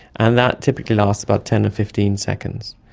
and that typically lasts about ten to fifteen seconds.